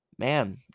Man